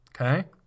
Okay